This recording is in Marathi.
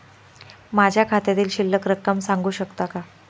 माझ्या खात्यातील शिल्लक रक्कम सांगू शकता का?